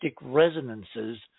resonances